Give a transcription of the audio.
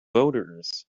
voters